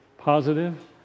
positive